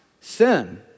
sin